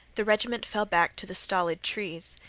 the regiment fell back to the stolid trees.